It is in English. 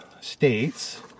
states